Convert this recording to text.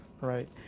right